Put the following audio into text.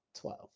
Twelve